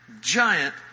giant